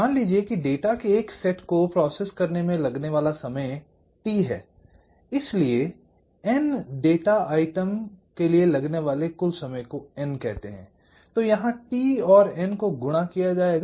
मान लीजिए कि डेटा के एक सेट को प्रोसेस करने में लगने वाला समय T है इसलिए n डेटा आइटम के लिए लगने वाले कुल समय को n कहते हैं I यहां T और n को गुणा किया जायेगा